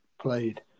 played